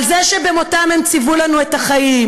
על זה ש"במותם הם ציוו לנו את החיים",